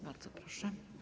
Bardzo proszę.